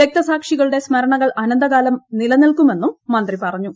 രക്തസാക്ഷികളുടെ സ്മരണകൾ അനന്തകാലം നിലനിൽക്കുമെന്നും മന്ത്രി പറഞ്ഞു